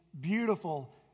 beautiful